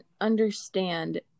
understand